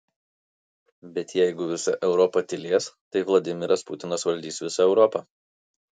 bet jeigu visa europa tylės tai vladimiras putinas valdys visą europą